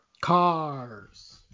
Cars